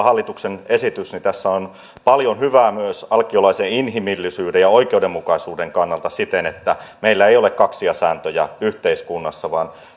hallituksen esityksessä on paljon hyvää myös alkiolaisen inhimillisyyden ja oikeudenmukaisuuden kannalta siten että meillä ei ole kaksia sääntöjä yhteiskunnassa vaan